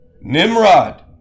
Nimrod